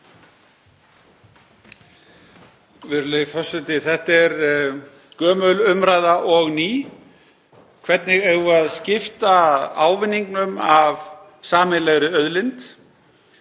Virðulegi forseti. Þetta er gömul umræða og ný. Hvernig eigum við að skipta ávinningnum af sameiginlegri auðlind?